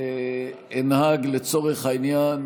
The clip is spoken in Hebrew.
אנהג, לצורך העניין,